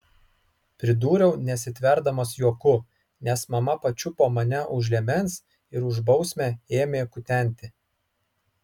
pridūriau nesitverdamas juoku nes mama pačiupo mane už liemens ir už bausmę ėmė kutenti